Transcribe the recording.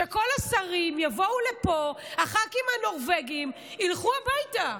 שכל השרים יבואו לפה וחברי הכנסת הנורבגים ילכו הביתה.